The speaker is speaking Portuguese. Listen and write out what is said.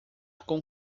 com